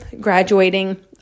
graduating